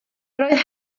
roedd